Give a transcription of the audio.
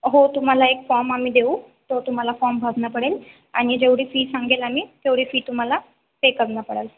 हो तुम्हाला एक फॉर्म आम्ही देऊ तो तुम्हाला फॉर्म भरण पडेल आणी जेवढी फी सांगेल आम्ही तेवढी फी तुम्हाला पे करण पडेल